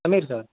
Sameer sir